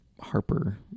Harper